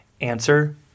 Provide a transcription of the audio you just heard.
Answer